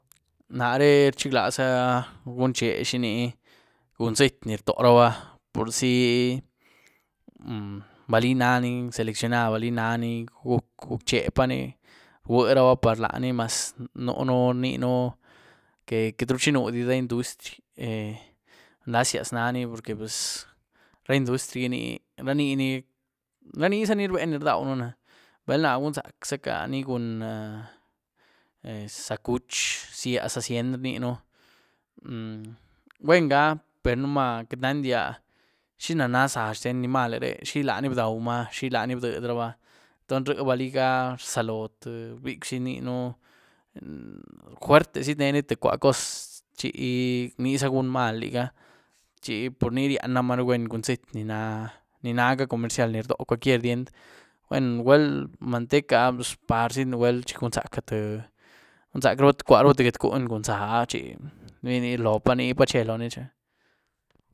Naréh rchiglaza gunché xini cun zhietí ni rtoraba purzi balí naní selecionad, balí naní, guc-guc'chepaní, bwueruba par laní maz nunú rninú que queityru chinudi ra industry eh nlazias naní porque pues ra industry giní, raniní, ranizaní rbé ni rdauën náah. Balna gunzac'zaca cun záha cuch, zía záha zyienty rniën gwuengá per'uma queity nandía xinána záha xten animaleh re, xilaní bdaumaa, xilaní bdiedraba entons ryíé baligá rzalóo tïë bicw zí iniën juerte zítnení tïé cwua coz chi ni-nizaa gun mal liga, chi pur ni ryiana maru gwuen cun zhietí ni na-ni naca comercial, ni rdo cualquier dien'd. Gwuen nugwuel manteca parzi nugwuel chi gunzac'u tïé, gunzac'ruba tïé cwua getcuny cun záha chi bayní loho pa nipa chíé loní chi.